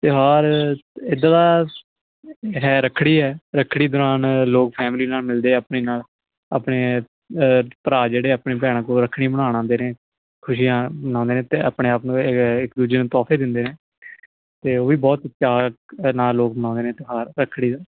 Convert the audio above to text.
ਤਿਉਹਾਰ ਇੱਦਾਂ ਦਾ ਹੈ ਰੱਖੜੀ ਹੈ ਰੱਖੜੀ ਦੌਰਾਨ ਲੋਕ ਫੈਮਲੀ ਨਾਲ ਮਿਲਦੇ ਆਪਣੇ ਨਾਲ ਆਪਣੇ ਭਰਾ ਜਿਹੜੇ ਆਪਣੇ ਭੈਣਾਂ ਕੋਲ ਰੱਖੜੀ ਬੰਨ੍ਹਵਾਉਣ ਆਉਂਦੇ ਨੇ ਖੁਸ਼ੀਆਂ ਲਾਉਂਦੇ ਨੇ ਅਤੇ ਆਪਣੇ ਆਪ ਨੂੰ ਇੱਕ ਦੂਜੇ ਨੂੰ ਤੋਹਫੇ ਦਿੰਦੇ ਨੇ ਅਤੇ ਉਹ ਵੀ ਬਹੁਤ ਪਿਆਰ ਨਾਲ ਲੋਕ ਮਨਾਉਂਦੇ ਨੇ ਤਿਉਹਾਰ ਰੱਖੜੀ ਦਾ